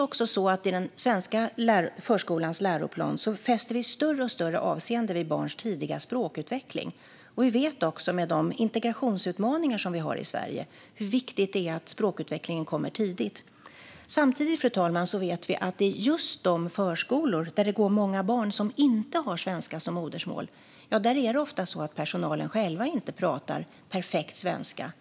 I den svenska förskolans läroplan fäster vi större och större avseende vid barns tidiga språkutveckling. Vi vet, med de integrationsutmaningar vi har i Sverige, hur viktigt det är att språkutvecklingen kommer tidigt. Samtidigt, fru talman, vet vi att förskolor där det går många barn som inte har svenska som modersmål ofta har personal som själva inte pratar perfekt svenska.